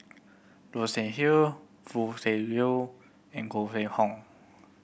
Goi Seng Hew Foo Tui Liew and Koh Mun Hong